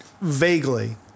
vaguely